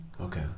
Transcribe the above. Okay